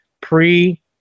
pre-